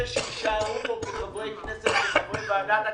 אלה שיישארו פה כחברי כנסת, כחברי ועדת הכספים,